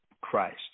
Christ